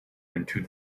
into